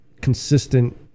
consistent